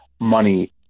money